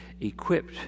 equipped